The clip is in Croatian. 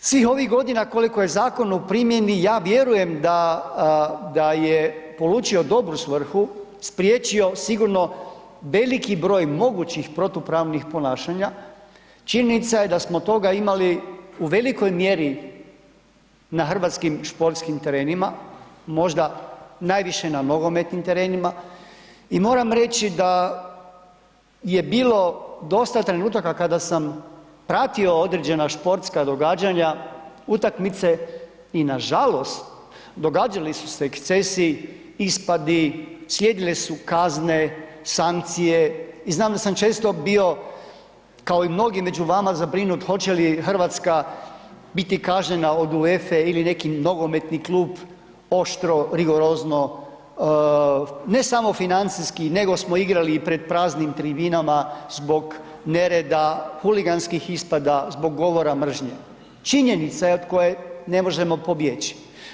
Svih ovih godina koliko je zakon u primjeni, ja vjerujem da je polučio dobru svrhu, spriječio sigurno veliki broj mogućih protupravnih ponašanja, činjenica je da smo toga imali u velikoj mjeri na hrvatskim športskim terenima, možda najviše na nogometnim terenima i moram reći da je bilo dosta trenutaka kada sam pratio određena športska događanja utakmice i nažalost događali su se ekscesi, ispadi, slijedile su kazne, sankcije i znam da sam često bio kao i mnogi među vama zabrinut hoće li Hrvatska biti kažnjena od UEFA-e ili neki nogometni klub oštro, rigorozno ne samo financijski nego smo igrali i pred praznim tribinama zbog nereda, huliganskih ispada, zbog govora mržnje, činjenica je od koje ne možemo pobjeći.